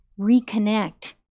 reconnect